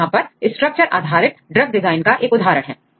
तो यहां पर स्ट्रक्चर आधारित ड्रग डिजाइन का एक उदाहरण है